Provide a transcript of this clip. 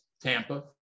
Tampa